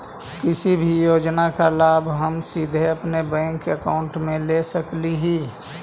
किसी भी योजना का लाभ हम सीधे अपने बैंक अकाउंट में ले सकली ही?